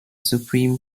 supreme